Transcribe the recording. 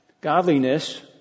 Godliness